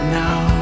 now